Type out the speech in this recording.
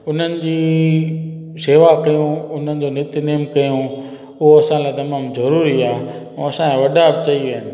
उन्हनि जी शेवा कयूं हुननि जो नितनेम कयूं उहो असां लाइ तमामु ज़रूरी आहे ऐं असांजा वॾा चई विया आहिनि